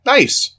Nice